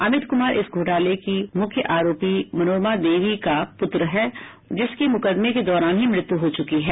अमित कुमार इस घोटाले की मुख्य आरोपी मनोरमा देवी का पुत्र है जिसकी मुकदमे के दौरान ही मृत्यु हो चुकी है